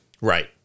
right